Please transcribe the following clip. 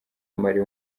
mali